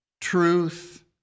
truth